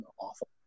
awful